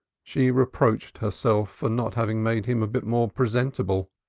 she reproached herself for not having made him a bit more presentable.